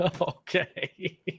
Okay